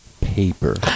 paper